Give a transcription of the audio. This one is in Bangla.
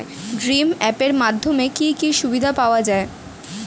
ভিম অ্যাপ এর মাধ্যমে কি কি সুবিধা পাওয়া যায়?